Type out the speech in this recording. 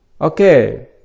Okay